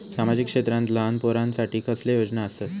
सामाजिक क्षेत्रांत लहान पोरानसाठी कसले योजना आसत?